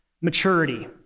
maturity